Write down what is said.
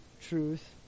truth